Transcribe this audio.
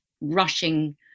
rushing